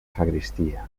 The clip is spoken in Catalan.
sagristia